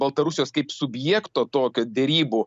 baltarusijos kaip subjekto tokio derybų